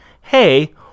hey